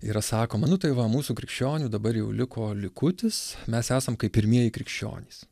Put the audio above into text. yra sakoma nu tai va mūsų krikščionių dabar jau liko likutis mes esam kaip pirmieji krikščionys